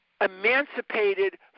emancipated